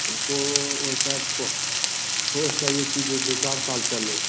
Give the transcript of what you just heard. हमको वैसा ठोस ठोस चाहिए कि जो दो चार साल चले